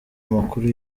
amakuru